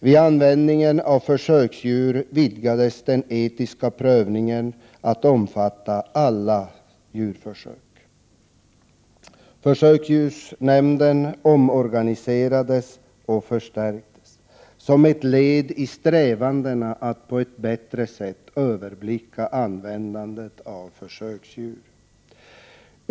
Vid användningen av försöksdjur vidgades den etiska prövningen till att omfatta alla djurförsök. Försöksdjursnämnden omorganiserades och förstärktes. Detta var ett led i strävandena att på ett bättre sätt överblicka användandet av försöksdjur.